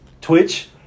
Twitch